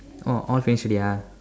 oh all finish already ah